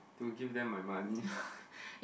to give them my money